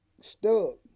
stuck